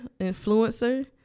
influencer